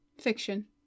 Fiction